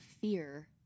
fear